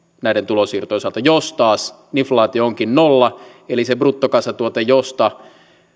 näiden tulonsiirtojen osalta jos taas inflaatio onkin nolla eli se bruttokansantuote josta